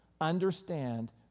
understand